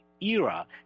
era